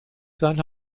sein